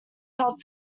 held